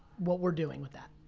what we're doing with that.